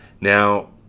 now